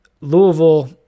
Louisville